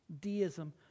deism